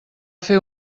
fer